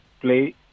play